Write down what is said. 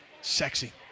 Sexy